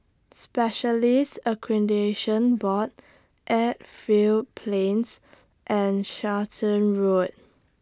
Specialists Accreditation Board Edgefield Plains and Charlton Road